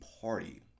party